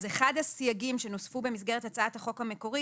אחד הסייגים שנוספו במסגרת הצעת החוק המקורית